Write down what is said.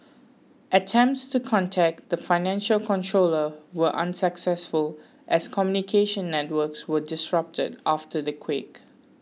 attempts to contact the financial controller were unsuccessful as communication networks were disrupted after the quake